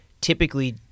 typically